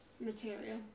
material